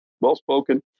well-spoken